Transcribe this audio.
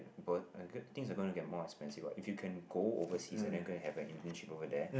worth and good things are gonna get more expensive what if you can go overseas and then go and have an internship over there